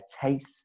taste